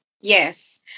Yes